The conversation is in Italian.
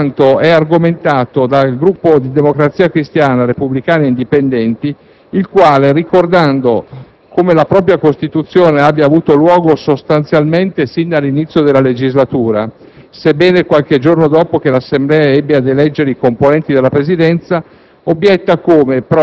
Ciò è quanto è argomentato dal Gruppo di Democrazia Cristiana-Partito Repubblicano Italiano-Indipendenti-Movimento per l'Autonomia, il quale, ricordando come la propria costituzione abbia avuto luogo sostanzialmente sin dall'inizio della legislatura, sebbene qualche giorno dopo che l'Assemblea ebbe ad eleggere i componenti della Presidenza,